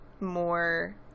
more